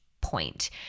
point